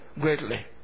greatly